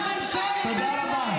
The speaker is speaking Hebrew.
תודה רבה.